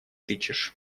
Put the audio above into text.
тычешь